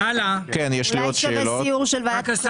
אולי כדאי שנעשה סיור.